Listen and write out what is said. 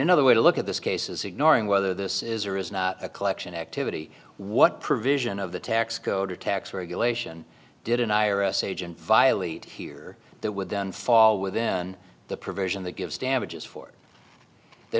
another way to look at this case is ignoring whether this is or is not a collection activity what provision of the tax code or tax regulation did an i r s agent violate here that would then fall within the provision that gives damages for they